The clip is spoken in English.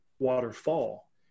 waterfall